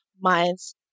minds